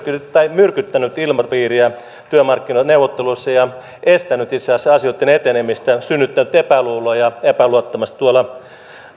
myrkyttänyt ilmapiiriä työmarkkinaneuvotteluissa ja estänyt itse asiassa asioitten etenemistä ja synnyttänyt epäluuloa ja epäluottamusta tuolla